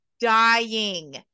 dying